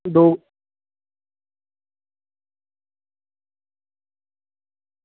दो